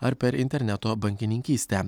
ar per interneto bankininkystę